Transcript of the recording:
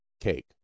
cake